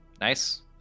Nice